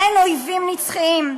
אין אויבים נצחיים".